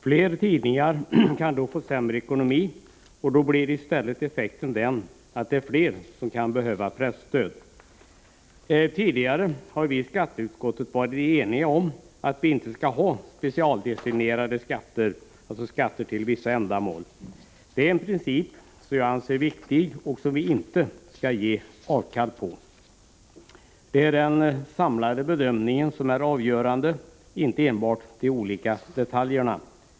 Fler tidningar kan då få sämre ekonomi, och då blir effekten i stället den att det är fler som kan behöva presstöd. Tidigare har vi i skatteutskottet varit eniga om att vi inte skall ha specialdestinerade skatter, dvs. skatter till vissa ändamål. Jag anser att det är en viktig princip som vi inte skall ge avkall på. Det är den samlade bedömningen som är avgörande — inte enbart de olika detaljerna.